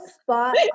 spot